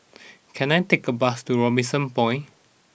can I take a bus to Robinson Point